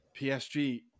PSG